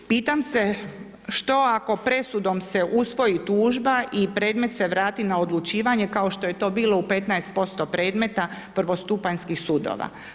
Pitam se što ako presudom se usvoji tužba i predmet se vrati na odlučivanje, kao što je to bilo u 15% predmeta prvostupanjskih sudova.